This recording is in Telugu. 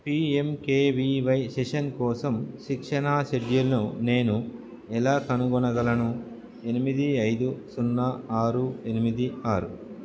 పీఎంకేవీవై సెషన్ కోసం శిక్షణ షెడ్యూల్ను నేను ఎలా కనుగొనగలను ఎనిమిది ఐదు సున్నా ఆరు ఎనిమిది ఆరు